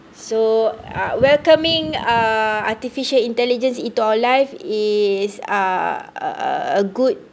so uh welcoming uh artificial intelligence into our life is a a good